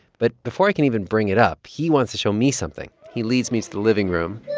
but before i can even bring it up, he wants to show me something. he leads me to the living room.